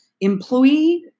employee